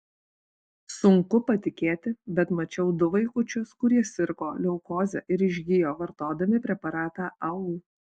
sunku patikėti bet mačiau du vaikučius kurie sirgo leukoze ir išgijo vartodami preparatą au